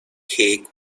hague